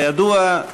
כידוע,